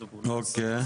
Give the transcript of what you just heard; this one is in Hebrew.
אוקיי.